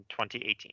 2018